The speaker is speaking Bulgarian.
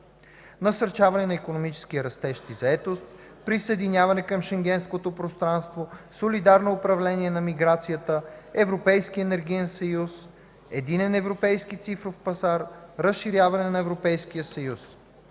насърчаване на икономическия растеж и заетост; - присъединяване към Шенгенското пространство; - солидарно управление на миграцията; - Европейски енергиен съюз; - Единен европейски цифров пазар; - разширяване на Европейския съюз.